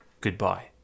Goodbye